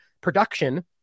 production